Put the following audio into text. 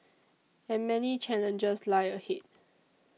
and many challenges lie ahead